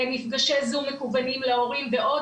מפגשי זום מגוונים להורים ועוד.